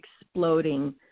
exploding